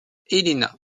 elena